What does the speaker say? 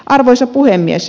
arvoisa puhemies